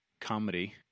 comedy